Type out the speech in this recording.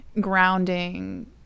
grounding